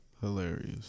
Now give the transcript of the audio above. Hilarious